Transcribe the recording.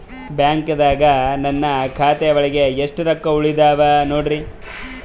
ಬ್ಯಾಂಕ್ದಾಗ ನನ್ ಖಾತೆ ಒಳಗೆ ಎಷ್ಟ್ ರೊಕ್ಕ ಉಳದಾವ ನೋಡ್ರಿ?